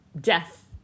death